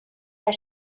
der